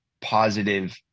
positive